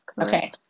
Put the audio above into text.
Okay